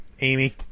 Amy